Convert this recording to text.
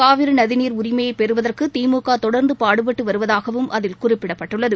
காவிரி நதிநீர் உரிமையை பெறுவதற்கு திமுக தொடர்ந்து பாடுபட்டு வருவதாகவும் அதில் குறிப்பிடப்பட்டுள்ளது